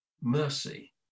mercy